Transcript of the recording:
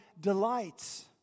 delights